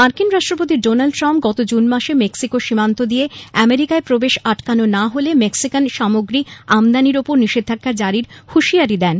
মার্কিন রাষ্ট্রপতি Donald Trump গত জুন মাসে মেক্সিকো সীমান্ত দিয়ে আমেরিকায় প্রবেশ আটকানো না হলে মেক্সিকান সামগ্রী আমদানীর ওপর নিষেধাজ্ঞা জারির হুঁশিয়ারী দেন